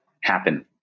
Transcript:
happen